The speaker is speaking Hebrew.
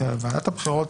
ועדת הבחירות,